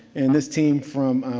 and this team from